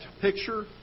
picture